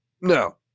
No